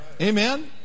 Amen